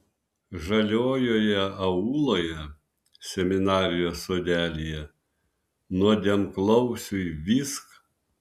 žaliojoje auloje seminarijos sodelyje nuodėmklausiui vysk